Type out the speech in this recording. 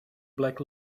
black